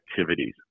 activities